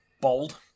Bold